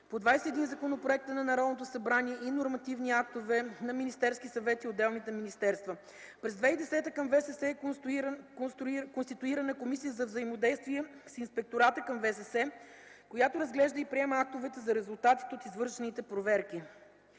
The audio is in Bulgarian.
по 21 законопроекта на Народното събрание и нормативни актове на Министерски съвет и отделни министерства. През 2010 г. към ВСС е конституирана комисия за взаимодействие с Инспектората към ВСС, която разглежда и приема актовете за резултатите от извършените проверки